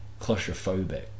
claustrophobic